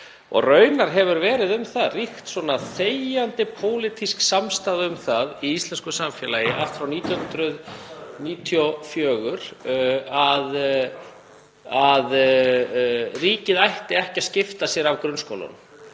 raunar hefur ríkt þegjandi pólitísk samstaða um það í íslensku samfélagi, allt frá 1994, að ríkið ætti ekki að skipta sér af grunnskólunum.